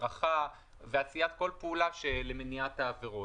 הדרכה ועשיית כל פעולה למניעת העבירות.